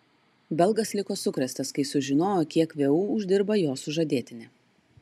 belgas liko sukrėstas kai sužinojo kiek vu uždirba jo sužadėtinė